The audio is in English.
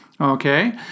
okay